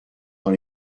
dans